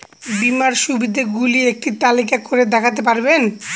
বীমার সুবিধে গুলি একটি তালিকা করে দেখাতে পারবেন?